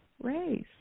race